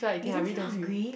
you don't feel hungry